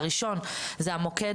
הראשון - המוקד.